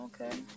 Okay